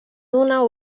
donar